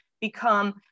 become